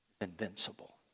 invincible